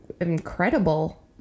incredible